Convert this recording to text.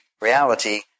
reality